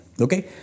Okay